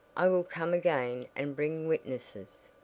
i will come again and bring witnesses.